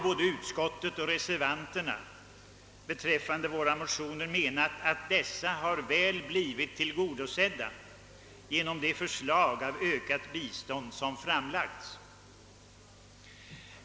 Både utskottet och reservanterna har menat att våra motioner har blivit väl tillgodosedda genom de förslag till ökat bistånd som framlagts.